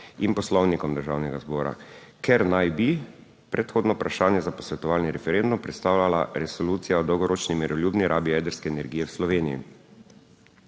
in Poslovnikom Državnega zbora, ker naj bi predhodno vprašanje za posvetovalni referendum predstavljala resolucija o dolgoročni miroljubni rabi jedrske energije v Sloveniji.